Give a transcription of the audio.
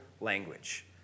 language